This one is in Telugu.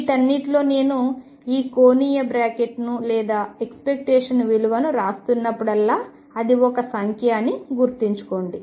వీటన్నింటిలో నేను ఈ కోణీయ బ్రాకెట్ను లేదా ఎక్స్పెక్టేషన్ విలువను వ్రాస్తున్నప్పుడల్లా అది ఒక సంఖ్య అని గుర్తుంచుకోండి